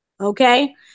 Okay